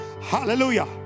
Hallelujah